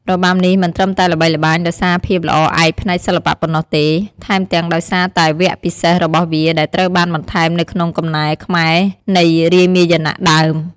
របាំនេះមិនត្រឹមតែល្បីល្បាញដោយសារភាពល្អឯកផ្នែកសិល្បៈប៉ុណ្ណោះទេ ថែមទាំងដោយសារតែវគ្គពិសេសរបស់វាដែលត្រូវបានបន្ថែមនៅក្នុងកំណែខ្មែរនៃរាមាយណៈដើម។